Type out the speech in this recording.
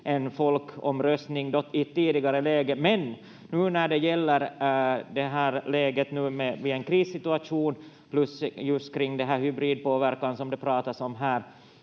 en folkomröstning — i ett tidigare läge — men nu när det gäller det här läget i en krissituation, plus just den hybridpåverkan som det pratas om här,